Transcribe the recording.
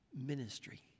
ministry